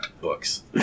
Books